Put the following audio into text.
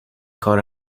کار